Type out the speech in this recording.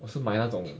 我是买那种